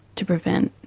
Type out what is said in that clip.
to prevent.